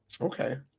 Okay